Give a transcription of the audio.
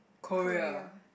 Korea